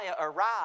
arrive